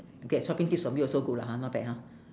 okay shopping tips from you also good lah ha not bad ha